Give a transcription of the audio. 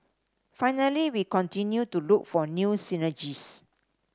finally we continue to look for new synergies